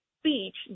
speech